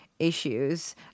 issues